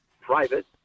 private